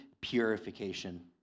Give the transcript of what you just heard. purification